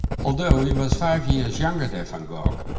although he was five years younger than van gogh,